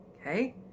Okay